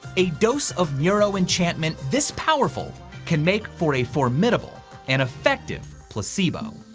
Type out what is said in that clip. a dose of neuro enchantment this powerful can make for a formidable and effective placebo.